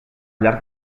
llarg